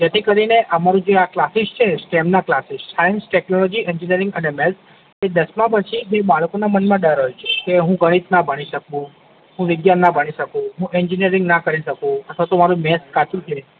જેથી કરીને અમારું જે આ કલાસીસ છે સ્ટેમના કલાસીસ સાયન્સ ટેકનોલોજી એન્જીનીયરીંગ અને મેથ્સ એ દસમા પછીથી બાળકોનાં મનમાં ડર હોય છે કે હું ગણિત ના ભણી શકું હું વિજ્ઞાન ના ભણી શકું હું એન્જીનીયરીંગ ના કરી શકું અથવા તો મારું મેથ્સ કાચું છે